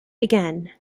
began